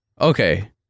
okay